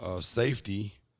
safety